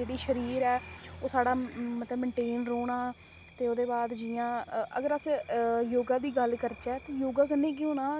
जेह्ड़ी शरीर ऐ ओह् साढ़ा मतलब मेंटेन रौह्ना ते ओह्दे बाद जि'यां अगर अस योगा दी गल्ल करचै ते योगा कन्नै केह् होना